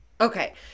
Okay